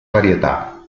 varietà